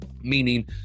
meaning